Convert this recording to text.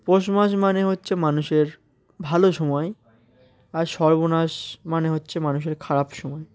পৌষ মাস মানে হচ্ছে মানুষের ভালো সময় আর সর্বনাশ মানে হচ্ছে মানুষের খারাপ সময়